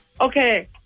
Okay